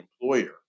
employer